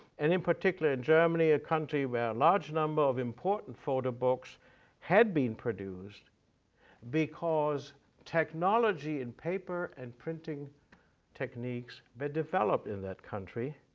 and in particular in germany, a country where a large number of important photo books had been produced because technology in paper and printing techniques, they but developed in that country,